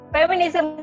Feminism